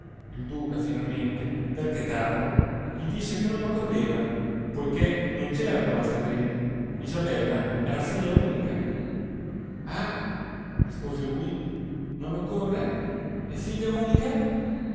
il duca finalmente per chetarlo gli disse che non occorreva poiché non c'erano altri eredi isabella era figlia unica ah rispose lui non occorre è figlia unica